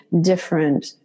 different